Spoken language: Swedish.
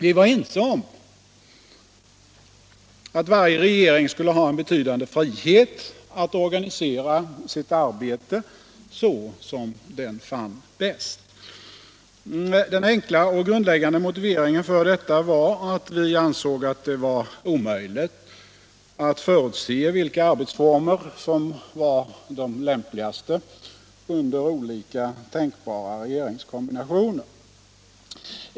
Vi var ense om att varje regering skulle ha en betydande frihet att organisera sitt arbete så som den fann bäst. Den enkla och grundläggande motiveringen för detta var att vi ansåg att det var omöjligt att förutse vilka arbetsformer som var de lämpligaste under olika tänkbara regeringskombinationer.